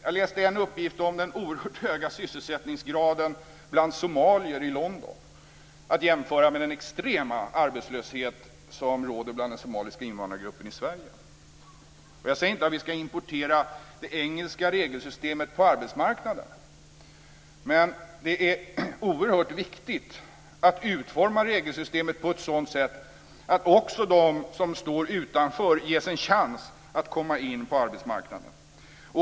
Jag läste en uppgift om den oerhört höga sysselsättningsgraden bland somalier i London, att jämföra med den extrema arbetslöshet som råder i den somaliska invandrargruppen i Sverige. Jag säger inte att vi ska importera det engelska regelsystemet på arbetsmarknaden. Men det är oerhört viktigt att utforma regelsystemet på ett sådant sätt att också de som står utanför ges en chans att komma in på arbetsmarknaden.